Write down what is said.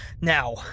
Now